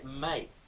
Mate